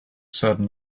said